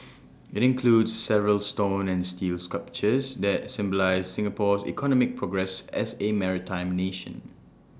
IT includes several stone and steel sculptures that symbolise Singapore's economic progress as A maritime nation